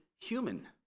human